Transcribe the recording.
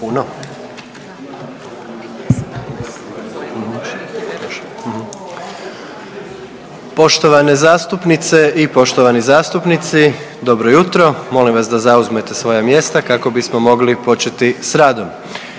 Poštovane zastupnice i poštovani zastupnici, dobro jutro, molim vas da zauzmete svoja mjesta kako bismo mogli početi s radom.